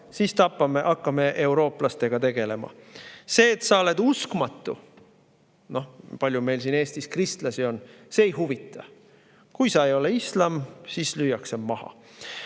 siis hakkame eurooplastega tegelema." See, et sa oled uskmatu – noh, palju meil siin Eestis kristlasi on –, neid ei huvita. Kui sa ei ole islami [usku], siis lüüakse maha.